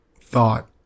thought